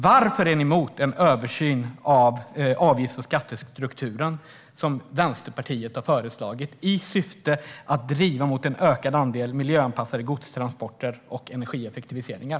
Varför är ni mot den översyn av avgifts och skattestrukturen som Vänsterpartiet har föreslagit i syfte att driva på arbetet för att få en ökad andel miljöanpassade godstransporter och energieffektiviseringar?